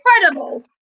incredible